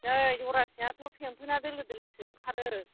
नै जरासेयाथ' फेंफोना दोलो दोलोसो ओंखारो